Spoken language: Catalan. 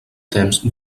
temps